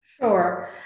Sure